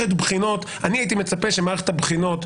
אני הייתי מצפה שמערכת הבחינות,